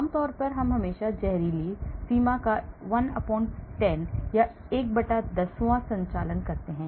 आम तौर पर हम हमेशा जहरीली सीमा का 110 वाँ संचालन करते हैं